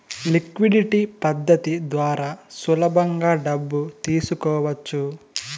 liquidity పద్ధతి ద్వారా సులభంగా డబ్బు తీసుకోవచ్చు